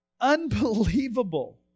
Unbelievable